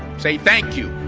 say thank you